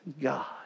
God